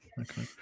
Okay